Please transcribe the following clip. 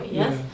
yes